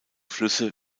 flüsse